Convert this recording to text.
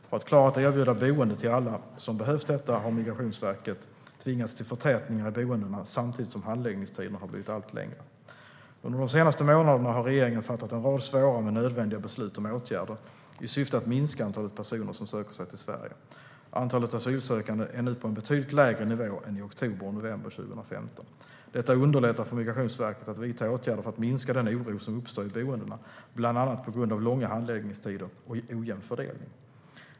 För att klara att erbjuda boende till alla som behövt detta har Migrationsverket tvingats till förtätningar i boendena samtidigt som handläggningstiderna har blivit allt längre. Under de senaste månaderna har regeringen fattat en rad svåra men nödvändiga beslut om åtgärder i syfte att minska antalet personer som söker sig till Sverige. Antalet asylsökande är nu på en betydligt lägre nivå än i oktober och november 2015. Detta underlättar för Migrationsverket att vidta åtgärder för att minska den oro som uppstår i boendena, bland annat på grund av långa handläggningstider och ojämn fördelning.